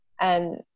and-